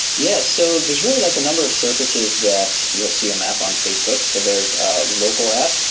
yeah. so there's really like a number of surfaces that you'll see a map on facebook. so there's a local app,